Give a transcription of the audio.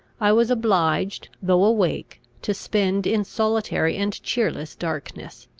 i was obliged, though awake, to spend in solitary and cheerless darkness.